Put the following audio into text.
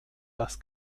das